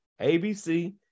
ABC